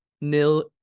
nil